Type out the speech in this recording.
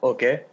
Okay